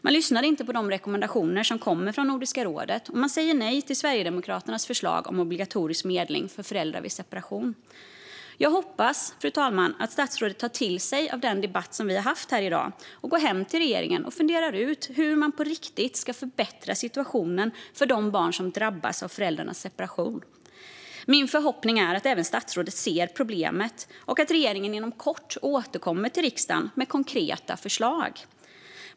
Man lyssnar inte på de rekommendationer som kommer från Nordiska rådet, och man säger nej till Sverigedemokraternas förslag om obligatorisk medling för föräldrar vid separation. Jag hoppas, fru talman, att statsrådet tar till sig av den debatt som vi har haft här i dag och går till regeringen och funderar ut hur man på riktigt ska förbättra situationen för de barn som drabbas av föräldrarnas separation. Min förhoppning är att även statsrådet ser problemet och att regeringen inom kort återkommer till riksdagen med konkreta förslag.